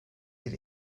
bir